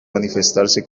manifestarse